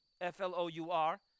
F-L-O-U-R